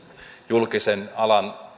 julkisen alan